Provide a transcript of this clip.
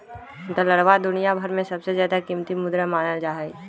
डालरवा दुनिया भर में सबसे ज्यादा कीमती मुद्रा मानल जाहई